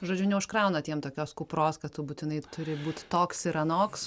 žodžiu neužkraunat jiem tokios kupros kad tu būtinai turi būt toks ir anoks